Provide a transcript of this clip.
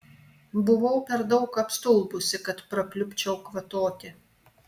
buvau per daug apstulbusi kad prapliupčiau kvatoti